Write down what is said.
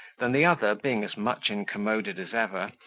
than the other, being as much incommoded as ever,